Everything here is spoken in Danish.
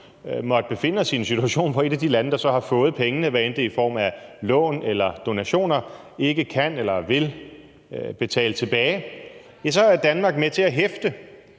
måtte befinde os i en situation, hvor et af de lande, der så har fået pengene, hvad enten det er i form af lån eller donationer, ikke kan eller vil betale tilbage, så er med til at hæfte,